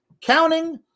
counting